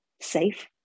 safe